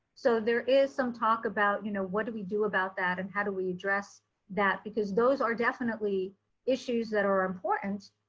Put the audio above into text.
so there is some talk about you know what do we do about that and how do we address that, because those are definitely issues that are important,